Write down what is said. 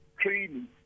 training